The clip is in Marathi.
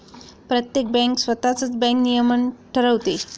प्रत्येक बँक स्वतःच बँक नियमन ठरवते